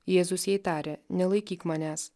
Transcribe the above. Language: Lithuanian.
jėzus jai tarė nelaikyk manęs